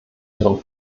ihren